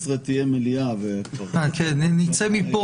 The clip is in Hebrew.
תודה רבה על זכות הדיבור ועל הדיון החשוב